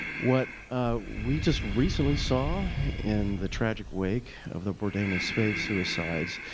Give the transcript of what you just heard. what we just recently saw in the tragic wake of the bourdain and spade suicides,